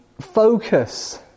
focus